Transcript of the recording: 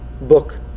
book